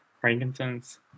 Frankincense